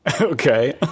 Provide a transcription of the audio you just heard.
Okay